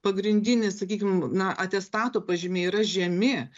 pagrindinis sakykim na atestato pažymiai yra žemi